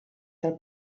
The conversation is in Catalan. del